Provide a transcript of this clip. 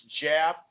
jab